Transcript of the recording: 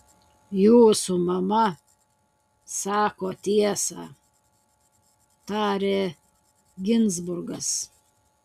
jūsų mama sako tiesą tarė ginzburgas